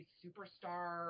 superstar